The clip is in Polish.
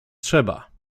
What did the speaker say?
trzeba